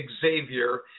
Xavier